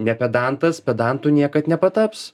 nepedantas pedantu niekad nepataps